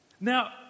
Now